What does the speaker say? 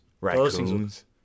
Raccoons